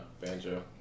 banjo